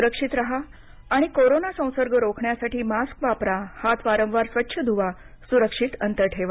सुरक्षित राहा आणि कोरोना संसर्ग रोखण्यासाठी मास्क वापरा हात वारंवार स्वच्छ धुवा सुरक्षित अंतर ठेवा